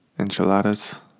Enchiladas